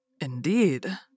Indeed